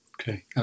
Okay